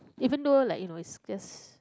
even though like you know is just